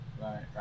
right